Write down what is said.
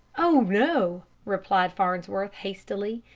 oh, no! replied farnsworth, hastily.